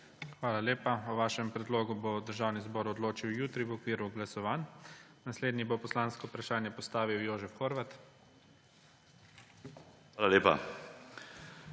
Hvala lepa. O vašem predlogu bo Državni zbor odločil jutri v okviru glasovanj. Naslednji bo poslansko vprašanje postavil Jožef Horvat. **JOŽEF